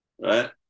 Right